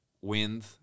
wind